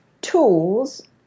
tools